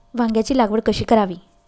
वांग्यांची लागवड कशी करावी?